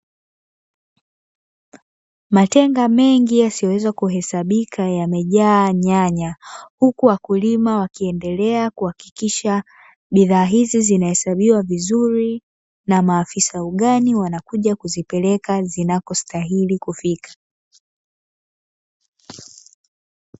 Matenga mengi yasioweza kuhesabika yamejaa nyanya, huku wakulima wakiendelea kuhakikisha bidhaa hizi zinahesabiwa vizuri na maafisa ugani wanakuja kuzipeleka zinakostahili kufika.